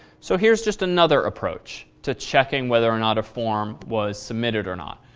so, here's just another approach, to checking whether or not a form was submitted or not.